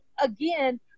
again